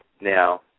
now